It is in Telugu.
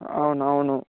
అవునవును